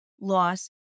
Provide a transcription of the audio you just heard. loss